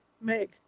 Meg